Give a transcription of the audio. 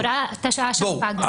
הוראת השעה שם פגה.